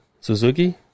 Suzuki